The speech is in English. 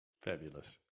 Fabulous